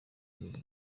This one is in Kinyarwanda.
gihugu